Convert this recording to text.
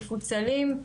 מפוצלים.